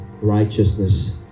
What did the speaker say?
righteousness